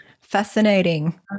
Fascinating